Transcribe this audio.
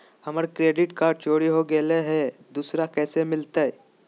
हमर credit card चोरी हो गेलय हई, दुसर कैसे मिलतई?